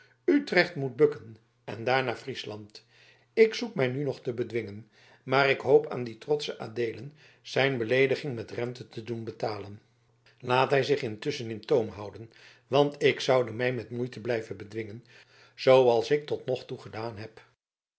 utrecht moet bukken en daarna friesland ik zoek mij nu nog te bedwingen maar ik hoop aan dien trotschen adeelen zijn beleediging met renten te doen betalen laat hij zich intusschen in toom houden want ik zoude mij met moeite blijven bedwingen zooals ik tot nog toe gedaan heb